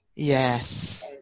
yes